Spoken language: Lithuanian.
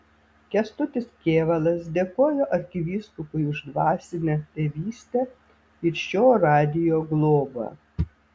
kęstutis kėvalas dėkojo arkivyskupui už dvasinę tėvystę ir šio radijo globą